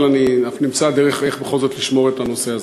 אבל נמצא דרך בכל זאת לשמוע על הנושא הזה.